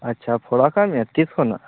ᱟᱪᱪᱷᱟ ᱯᱷᱚᱲᱟᱠᱟᱫ ᱢᱮᱭᱟ ᱛᱤᱥ ᱠᱷᱚᱱᱟᱜ